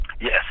Yes